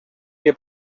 que